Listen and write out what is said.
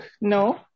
no